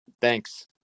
Thanks